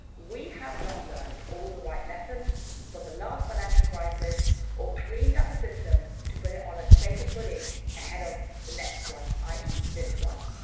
we have not learned all the right lessons from the last financial crisis or cleaned up the system to put it on a safer footing ahead of the next one, i. e. this one.